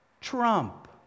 Trump